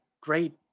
great